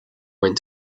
went